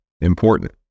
important